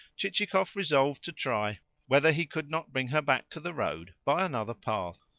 chichikov resolved to try whether he could not bring her back to the road by another path.